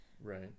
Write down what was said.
Right